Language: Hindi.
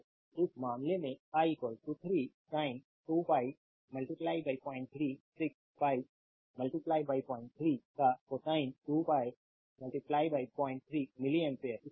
तो इस मामले में i 3 sin 2π03 6 pi 03 का कोसाइन 2π 03 मिली एम्पियर